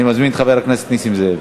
אני מזמין את חבר הכנסת נסים זאב.